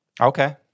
Okay